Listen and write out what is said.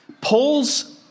Paul's